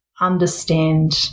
understand